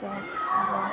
अन्त अब